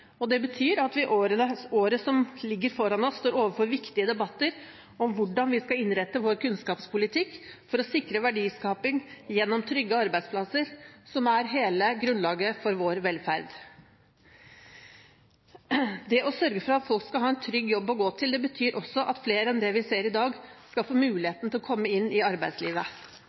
utdanning. Det betyr at vi i året som ligger foran oss, står overfor viktige debatter om hvordan vi skal innrette vår kunnskapspolitikk for å sikre verdiskaping gjennom trygge arbeidsplasser, som er hele grunnlaget for vår velferd. Det å sørge for at folk skal ha en trygg jobb å gå til, betyr også at flere enn det vi ser i dag, skal få muligheten til å komme inn i arbeidslivet.